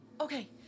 Okay